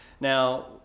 Now